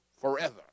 forever